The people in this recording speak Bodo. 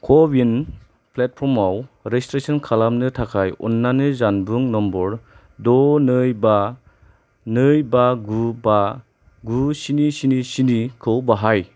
क' विन प्लेटफर्मआव रेजिस्ट्रेसन खालामनो थाखाय अन्नानै जानबुं नम्बर द' नै बा नै बा गु बा गु स्नि स्नि स्नि खौ बाहाय